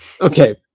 Okay